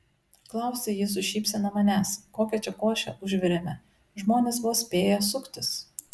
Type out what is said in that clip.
klausia ji su šypsena manęs kokią čia košę užvirėme žmonės vos spėja suktis